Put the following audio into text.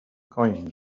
coins